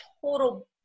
total